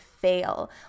fail